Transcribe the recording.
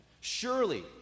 Surely